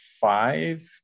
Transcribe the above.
five